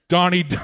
Donnie